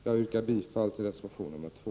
Jag yrkar bifall till reservation nr 2.